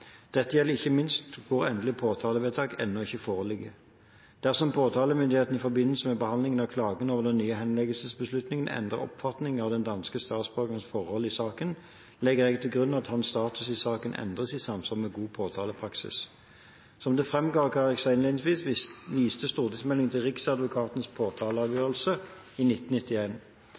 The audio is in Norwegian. Dette gjelder ikke minst hvor endelig påtalevedtak ennå ikke foreligger. Dersom påtalemyndigheten i forbindelse med behandlingen av klagen over den nye henleggelsesbeslutningen endrer oppfatning av den danske statsborgerens forhold i saken, legger jeg til grunn at hans status i saken endres i samsvar med god påtalepraksis. Som det framgår av hva jeg sa innledningsvis, viste stortingsmeldingen til Riksadvokatens påtaleavgjørelse i